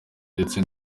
ndetse